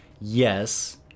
yes